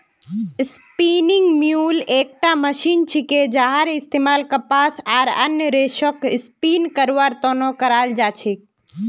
spinning mule एकटा machine छिके जहार इस्तमाल कपास आर अन्य रेशक स्पिन करवार त न कराल जा छेक